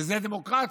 וזה דמוקרטי.